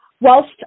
whilst